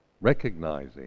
recognizing